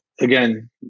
Again